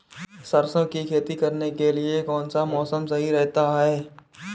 सरसों की खेती करने के लिए कौनसा मौसम सही रहता है?